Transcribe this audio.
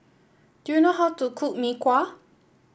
do you know how to cook Mee Kuah